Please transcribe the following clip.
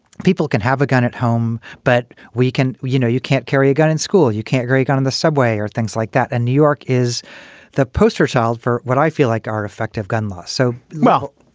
people can have a gun at home, but we can you know, you can't carry a gun in school, you can't carry a gun in the subway or things like that. a new york is the poster child for what i feel like our effective gun law. so well,